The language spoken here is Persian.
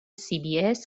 cbs